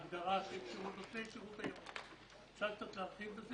האם אפשר קצת להרחיב בזה?